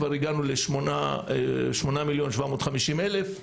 כבר הגענו ל-8,750,000 ₪,